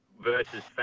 versus